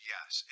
Yes